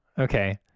okay